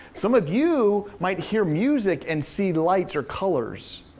some of you might hear music and see lights or colors.